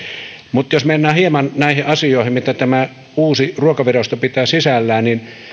mutta jos mennään hieman näihin asioihin mitä tämä uusi ruokavirasto pitää sisällään niin